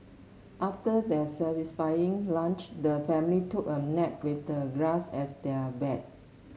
after their satisfying lunch the family took a nap with the grass as their bed